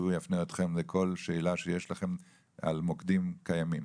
שהוא יפנה אתכם לכל שאלה שיש לכם על מוקדים קיימים.